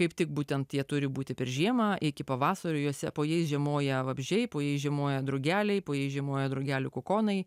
kaip tik būtent jie turi būti per žiemą iki pavasario juose po jais žiemoja vabzdžiai po jais žiemoję drugeliai po jais žiemoja drugelių kokonai